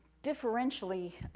differentially,